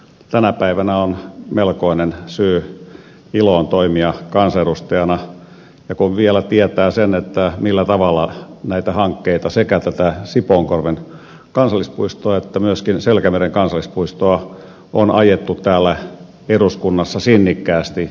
tänä päivänä on melkoinen syy iloon toimia kansanedustajana kun vielä tietää sen millä tavalla näitä hankkeita sekä tätä sipoonkorven kansallispuistoa että myöskin selkämeren kansallispuistoa on ajettu täällä eduskunnassa sinnikkäästi läpi